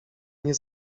nie